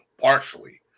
partially